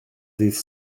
ddydd